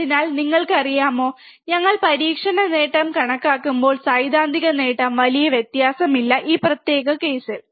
അതിനാൽ നിങ്ങൾക്കറിയാമോ ഞങ്ങൾ പരീക്ഷണ നേട്ടം കണക്കാക്കുമ്പോൾ സൈദ്ധാന്തിക നേട്ടം വലിയ വ്യത്യാസമില്ല ഈ പ്രത്യേക കേസിൽ